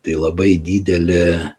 tai labai didelė